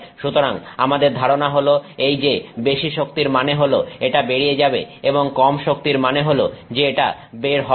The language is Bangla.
সুতরাং আমাদের ধারণা হলো এই যে বেশি শক্তির মানে হলো যে এটা বেরিয়ে যাবে এবং কম শক্তির মানে হল যে এটা বের হবে না